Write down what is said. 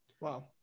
Wow